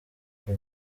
aka